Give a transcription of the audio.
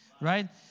right